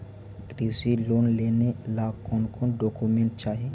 कृषि लोन लेने ला कोन कोन डोकोमेंट चाही?